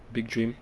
big dream